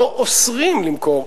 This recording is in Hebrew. לא אוסרים למכור,